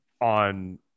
on